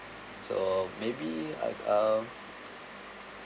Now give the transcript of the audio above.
so maybe I uh